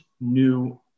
new